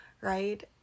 Right